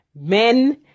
men